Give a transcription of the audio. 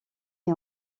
est